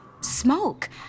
smoke